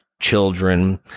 children